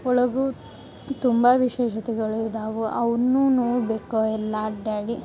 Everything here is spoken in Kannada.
ಒಳಗು ತುಂಬ ವಿಶೇಷತೆಗಳು ಇದಾವು ಅವುನ್ನೂ ನೋಡಬೇಕು ಎಲ್ಲ ಅಡ್ಯಾಡಿ